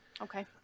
Okay